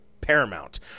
Paramount